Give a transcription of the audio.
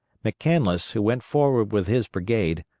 mccandless, who went forward with his brigade,